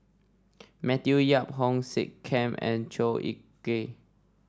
Matthew Yap Hong Sek Chern and Chua Ek Kay